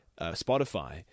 Spotify